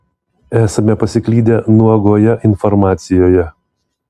esame pasiklydę nuogoje informacijoje